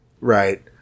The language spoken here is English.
Right